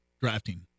drafting